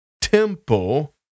temple